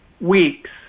weeks